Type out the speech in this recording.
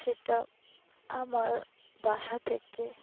সেটা আমার বাসা থেকে